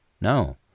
No